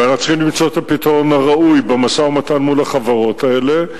ואנחנו צריכים למצוא את הפתרון הראוי במשא-ומתן מול החברות האלה.